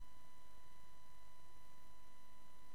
שנים,